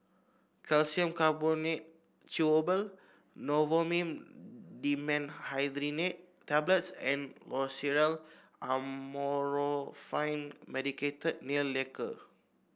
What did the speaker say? Calcium Carbonate Chewable Novomin Dimenhydrinate Tablets and Loceryl Amorolfine Medicated Nail Lacquer